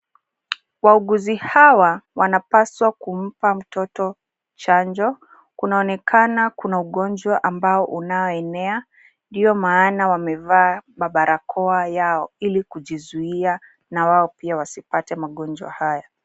Wauguzi hawa wanapaswa kumpa mtoto chanjo kunaonekana kuna ugonjwa ambao unaoenea ndio maana wamevaa mabarakoa yao ili kujizuia na wao pia wasipate magonjwa haya.